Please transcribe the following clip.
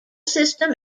system